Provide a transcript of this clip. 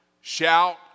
Shout